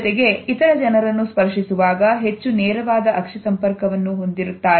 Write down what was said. ಜೊತೆಗೆ ಇತರ ಜನರನ್ನು ಸ್ಪರ್ಶಿಸುವಾಗ ಹೆಚ್ಚು ನೇರವಾದ ಅಕ್ಷಿ ಸಂಪರ್ಕವನ್ನು ಹೊಂದಿರುತ್ತಾರೆ